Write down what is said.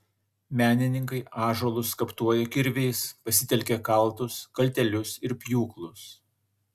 menininkai ąžuolus skaptuoja kirviais pasitelkia kaltus kaltelius ir pjūklus